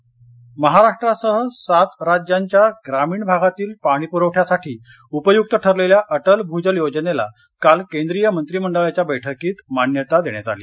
भजल महाराष्ट्रासह सात राज्यांच्या ग्रामीण भागातील पाणीप्रवठ्यासाठी उपयुक्त ठरलेल्या अटल भूजल योजनेला काल केंद्रीय मंत्रिमंडळाच्या बैठकीत मान्यता देण्यात आली